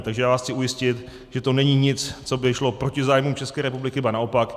Takže já vás chci ujistit, že to není nic, co by šlo proti zájmům České republiky, ba naopak.